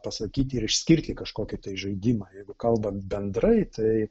pasakyti ir išskirti kažkokį žaidimą jeigu kalbant bendrai tai